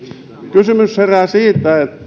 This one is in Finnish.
kysymys herää siitä